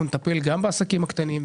אנחנו נטפל גם בעסקים הקטנים,